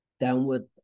downward